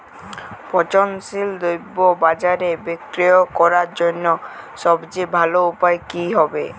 পচনশীল দ্রব্য বাজারে বিক্রয় করার জন্য সবচেয়ে ভালো উপায় কি হবে?